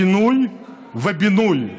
פינוי ובינוי,